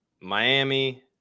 Miami